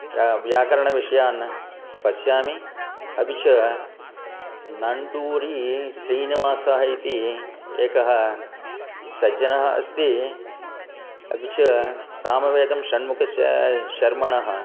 व्या व्याकरणविषयान् पश्यामि अपि च नण्डूरी श्रीनिवासः इति एकः सज्जनः अस्ति अपि च सामवेदं षण्मुखस्य शर्मणः